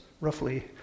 roughly